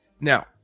Now